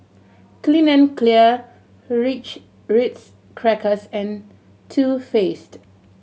Clean and Clear Ritz Crackers and Too Faced